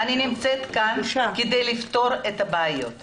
-- אני נמצאת כאן כדי לפתור את הבעיות.